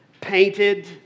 Painted